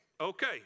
Okay